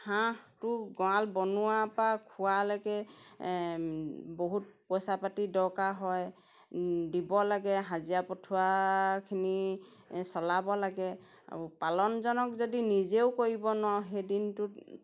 হাঁহটো গঁৰাল বনোৱাৰ পৰা খোৱালৈকে বহুত পইচা পাতি দৰকাৰ হয় দিব লাগে হাজিৰা পঠুৱাখিনি চলাব লাগে পালনজনক যদি নিজেও কৰিব নোৱাৰোঁ সেইদিনটোত